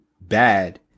bad